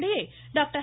இதனிடையே டாக்டர்